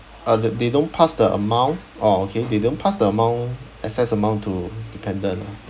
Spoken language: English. oh they don't pass the amount oh okay they don't pass the amount excess amount to dependent ah